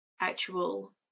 actual